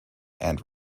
and